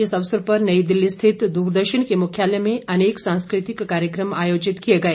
इस अवसर पर नई दिल्ली स्थित दूरदर्शन के मुख्यालय में अनेक सांस्कृतिक कार्यक्रम आयोजित किए गए